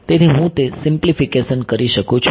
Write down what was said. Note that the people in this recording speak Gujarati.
તેથી હું તે સીમ્પ્લીફીકેશન કરી શકું છું